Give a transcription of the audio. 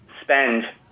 spend